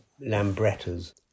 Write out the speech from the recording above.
lambrettas